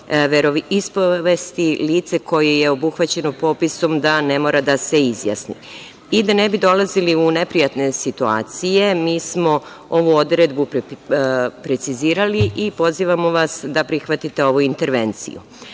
veroispovesti lice koje je obuhvaćeno popisom, da ne mora da se izjasni. I da ne bi dolazili u neprijatne situacije, mi smo ovu odredbu precizirali i pozivamo vas da prihvatite ovu intervenciju. Osvrnula